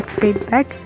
feedback